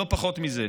לא פחות מזה.